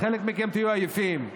חלק מכם יהיו עייפים.